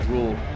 Rule